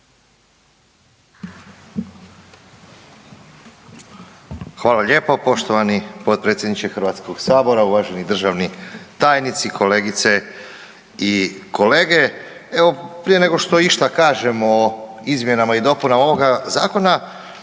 Hvala lijepo poštovani potpredsjedniče Hrvatskog sabora, uvaženi državni tajnici, kolegice i kolege. Evo prije nego što išta kažem o izmjenama i dopunama ovoga zakona